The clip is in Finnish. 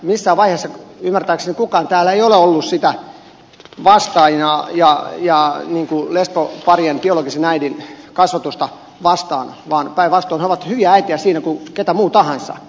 missään vaiheessa ymmärtääkseni kukaan täällä ei ole ollut sitä vastaan ja lesboparien biologisen äidin kasvatusta vastaan vaan päinvastoin he ovat hyviä äitejä siinä kuin kuka muu tahansa